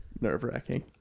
nerve-wracking